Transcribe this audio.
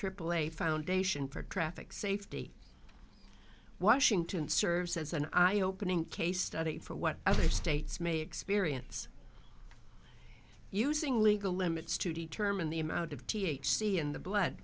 aaa foundation for traffic safety washington serves as an eye opening case study for what other states may experience using legal limits to determine the amount of t h c in the blood